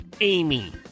Amy